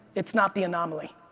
it's not the anomaly.